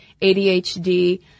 ADHD